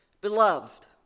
Beloved